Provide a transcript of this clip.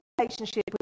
relationship